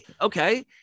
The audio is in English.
Okay